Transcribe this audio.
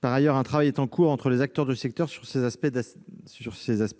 Par ailleurs, un travail est en cours entre les acteurs du secteur sur ces aspects